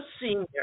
senior